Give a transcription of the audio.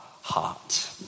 heart